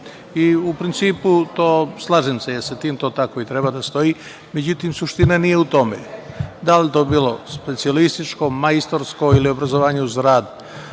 principu, slažem se sa tim, to tako i treba da stoji, međutim, suština nije u tome, da li to bilo specijalističko, majstorsko ili obrazovanje u